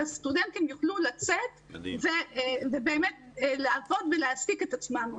שהסטודנטים יוכלו לצאת ובאמת לעבוד ולהעסיק את עצמם.